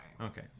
Okay